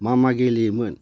मा मा गेलेयोमोन